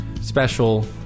special